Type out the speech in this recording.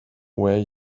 where